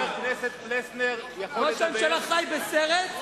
ראש הממשלה חי בסרט,